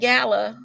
Gala